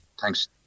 Thanks